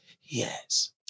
Yes